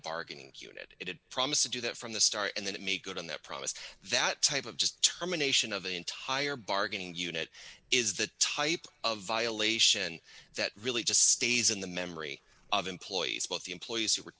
bargaining unit it promised to do that from the start and then it made good on that promise that type of just terminations of the entire bargaining unit is the type of violation that really just stays in the memory of employees both the employees who were